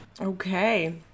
okay